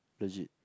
legit